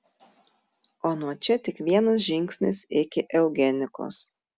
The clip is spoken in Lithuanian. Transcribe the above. o nuo čia tik vienas žingsnis iki eugenikos